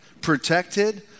protected